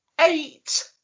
eight